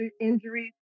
injuries